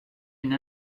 une